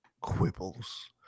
quibbles